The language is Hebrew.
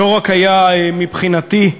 לא רק היה, מבחינתי,